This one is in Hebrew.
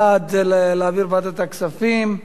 בעד, להעביר לוועדת הכספים,